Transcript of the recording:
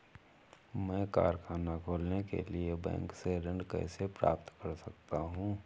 मैं कारखाना खोलने के लिए बैंक से ऋण कैसे प्राप्त कर सकता हूँ?